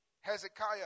Hezekiah